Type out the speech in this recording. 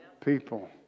people